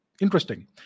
Interesting